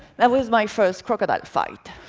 that was my first crocodile fight.